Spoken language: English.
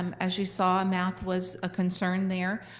and as you saw, math was a concern there.